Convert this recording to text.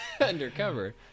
undercover